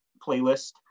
playlist